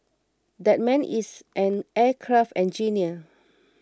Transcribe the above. that man is an aircraft engineer